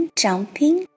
jumping